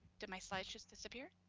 did my slides just disappear?